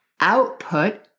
Output